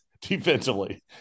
defensively